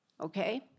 Okay